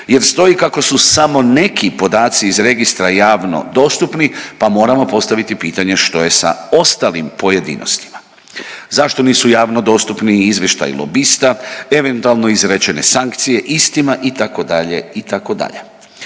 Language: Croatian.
jer stoji kako su samo neki podaci iz registra javno dostupni, pa moramo postaviti pitanje što je sa ostalim pojedinostima. Zašto nisu javno dostupni i izvještaji lobista, eventualno izrečene sankcije istima itd. itd.